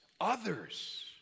Others